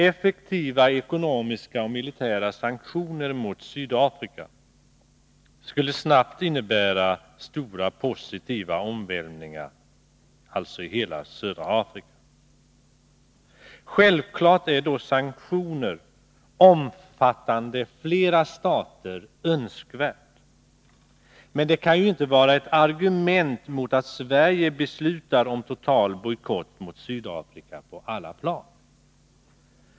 Effektiva ekonomiska och militära sanktioner mot Sydafrika skulle alltså snabbt innebära stora positiva omvälvningar i hela södra Afrika. Självfallet är då sanktioner omfattande flera stater önskvärda, men det skulle ju inte vara ett argument mot att Sverige beslutar om total bojkott mot Sydafrika på alla plan.